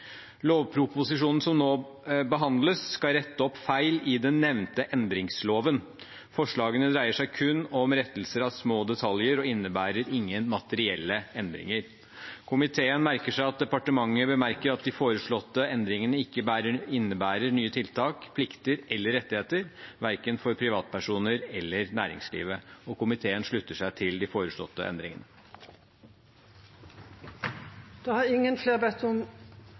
Lovproposisjonen som nå behandles, skal rette opp feil i den nevnte endringsloven. Forslagene dreier seg kun om rettelser av små detaljer og innebærer ingen materielle endringer. Komiteen merker seg at departementet bemerker at de foreslåtte endringene ikke innebærer nye tiltak, plikter eller rettigheter, verken for privatpersoner eller næringsliv. Komiteen slutter seg til de foreslåtte endringene. Flere har ikke bedt om